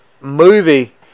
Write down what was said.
movie